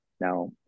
now